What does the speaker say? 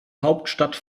hauptstadt